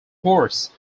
guards